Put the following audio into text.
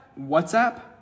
WhatsApp